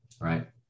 right